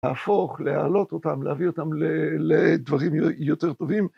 להפוך, להעלות אותם, להביא אותם לדברים יותר טובים.